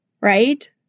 right